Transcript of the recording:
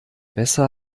besser